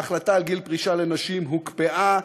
ההחלטה על גיל פרישה לנשים הוקפאה,